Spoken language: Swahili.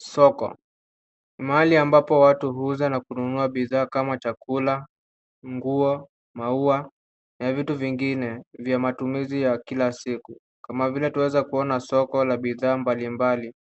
Soko, mahali ambapo watu huuza na kununua bidhaa kama chakula, nguo, maua, na vitu vingine vya matumizi ya kila siku. Kama vile twaweza kuona soko la bidhaa mbalimbali,